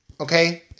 okay